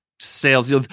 sales